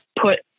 put